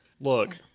Look